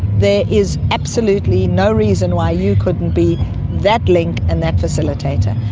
there is absolutely no reason why you couldn't be that link and that facilitator.